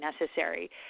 necessary